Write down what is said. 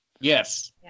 Yes